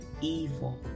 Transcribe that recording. evil